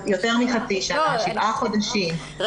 שבעה חודשים,